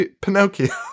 Pinocchio